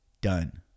Done